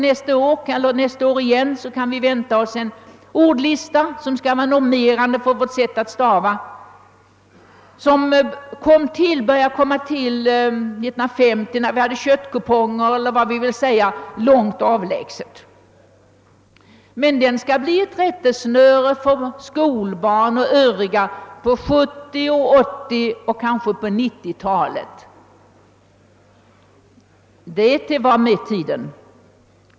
Nästa år eller möjligen nästa kan vi vänta oss en ordlista som skall vara normerande för vårt sätt att stava. Den nuvarande kom till 1950 när vi ännu hade köttkuponger. Men den skall bli ett rättesnöre för skolbarn och övriga på 1970-, 1980 och kanske 1990-talet. Det är att vara med sin tid.